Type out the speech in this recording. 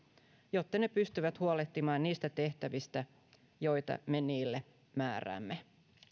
jotta ne pystyvät huolehtimaan niistä tehtävistä joita me niille määräämme